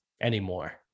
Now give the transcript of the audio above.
anymore